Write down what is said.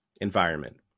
environment